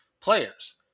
players